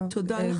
תודה לכם.